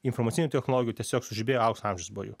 informacinių technologijų tiesiog sužibėjo aukso amžius buvo jų